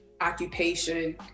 occupation